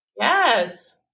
Yes